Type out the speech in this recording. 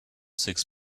six